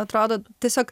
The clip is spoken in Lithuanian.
atrodo tiesiog